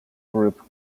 group